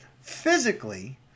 physically